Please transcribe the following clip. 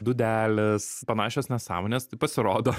dūdelės panašios nesąmonės tai pasirodo